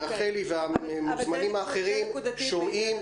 רחלי והמוזמנים האחרים שומעים,